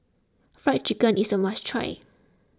Fried Chicken is a must try